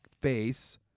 face